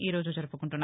ఈరోజు జరుపుకుంటున్నారు